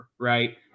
right